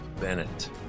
Bennett